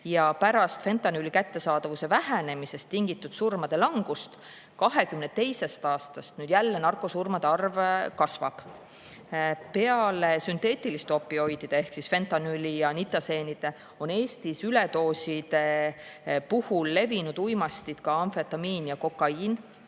ja pärast fentanüüli kättesaadavuse vähenemisest tingitud surmade langust 2022. aastast jälle narkosurmade arv kasvab. Peale sünteetiliste opioidide ehk fentanüüli ja nitaseenide on Eestis üledooside puhul levinud uimastid ka amfetamiin ja kokaiin,